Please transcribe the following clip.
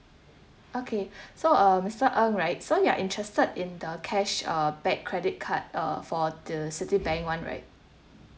okay so uh mister ng right so you're interested in the cash uh back credit card uh for the Citibank one right